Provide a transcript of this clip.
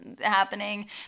happening